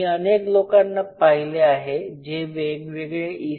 मी अनेक लोकांना पाहिले आहे जे वेगवेगळे E